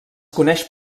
coneix